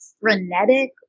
frenetic